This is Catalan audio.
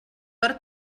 per